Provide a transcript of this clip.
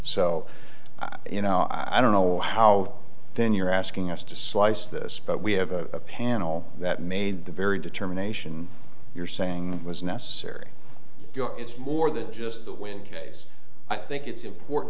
so you know i don't know how then you're asking us to slice this but we have a panel that made the very determination you're saying was necessary it's more than just the wind case i think it's important